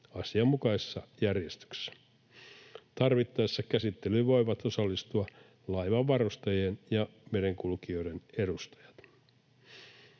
asianmukaisessa järjestyksessä. Tarvittaessa käsittelyyn voivat osallistua laivanvarustajien ja merenkulkijoiden edustajat.